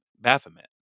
Baphomet